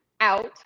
out